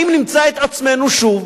האם נמצא את עצמנו שוב